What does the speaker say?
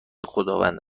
خداوند